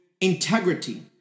integrity